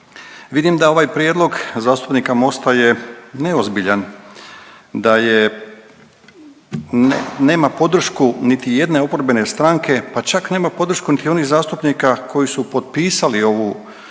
vidim da ovaj prijedlog zastupnika Mosta je neozbiljan, da je, nema podršku niti jedne oporbene stranke, pa čak nema podršku niti onih zastupnika koji su potpisali ovu,